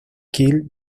killed